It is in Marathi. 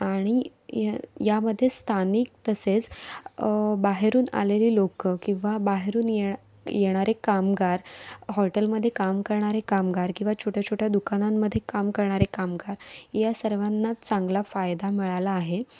आणि य यामध्ये स्थानिक तसेच बाहेरून आलेली लोकं किंवा बाहेरून ये येणारे कामगार हॉटेलमध्ये काम करणारे कामगार किंवा छोट्याछोट्या दुकानांमध्ये काम करणारे कामगार या सर्वांना चांगला फायदा मिळाला आहे